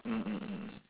mm mm mm mm